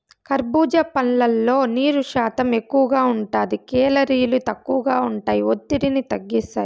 కర్భూజా పండ్లల్లో నీరు శాతం ఎక్కువగా ఉంటాది, కేలరీలు తక్కువగా ఉంటాయి, ఒత్తిడిని తగ్గిస్తాయి